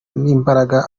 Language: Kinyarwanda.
n’imbaraga